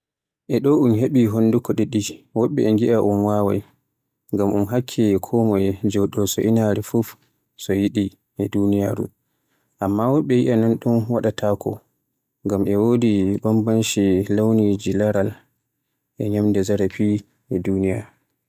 E dow do un heɓi honduko ɗiɗi. Woɓɓe yie un waawai, ngam un hakke konmoye joɗo so inaare fuf ko yiɗi e duniyaaru. Amma woɓɓe yie non ɗun waɗaatako ngam e wodi banbanci launiji laaral e nyande zarafi e duniyaaru.